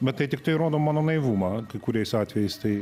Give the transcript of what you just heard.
bet tai tiktai rodo mano naivumą kai kuriais atvejais tai